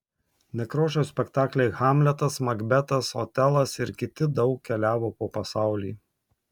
nekrošiaus spektakliai hamletas makbetas otelas ir kiti daug keliavo po pasaulį